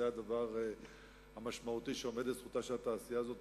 זה הדבר המשמעותי שעומד לזכותה של התעשייה הזאת,